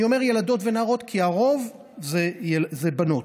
אני אומר ילדות ונערות כי הרוב זה בנות,